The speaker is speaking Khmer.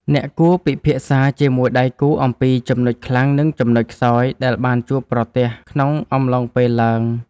អ្នកគួរពិភាក្សាជាមួយដៃគូអំពីចំណុចខ្លាំង និងចំណុចខ្សោយដែលបានជួបប្រទះក្នុងអំឡុងពេលឡើង។